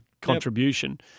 contribution